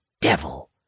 devil